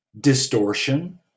distortion